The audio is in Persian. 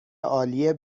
عالی